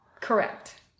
Correct